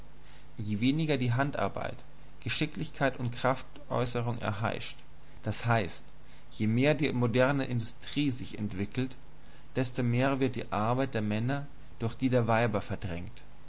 je weniger die handarbeit geschicklichkeit und kraftäußerung erheischt d h je mehr die moderne industrie sich entwickelt desto mehr wird die arbeit der männer durch die der weiber verdrängt